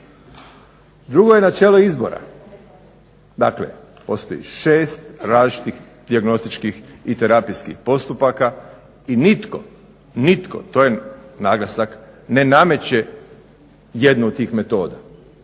Drugo je načelo izbora, dakle postoji 6 različitih dijagnostičkih i terapijskih postupaka i nitko, nitko to je naglasak, ne nameće jednu od tih metoda.